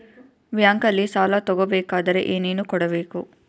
ಬ್ಯಾಂಕಲ್ಲಿ ಸಾಲ ತಗೋ ಬೇಕಾದರೆ ಏನೇನು ಕೊಡಬೇಕು?